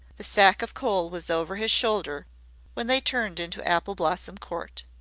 the sack of coal was over his shoulder when they turned into apple blossom court.